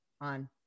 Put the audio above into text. on